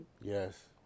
Yes